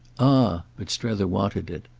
ah but strether wanted it.